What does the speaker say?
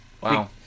Wow